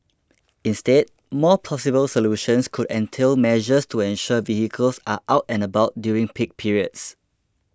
instead more plausible solutions could entail measures to ensure vehicles are out and about during peak periods